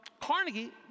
Carnegie